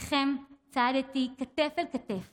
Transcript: איתכם צעדתי כתף אל כתף